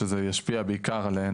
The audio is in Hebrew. שזה ישפיע בעיקר עליהן,